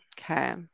okay